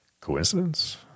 Coincidence